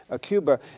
Cuba